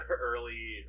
early